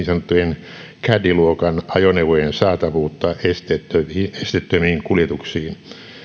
sanottujen caddy luokan ajoneuvojen saatavuutta esteettömiin esteettömiin kuljetuksiin